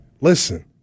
listen